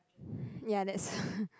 ya that's